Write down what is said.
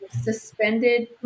suspended